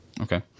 Okay